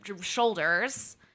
shoulders